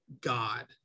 God